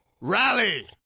Rally